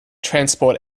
transport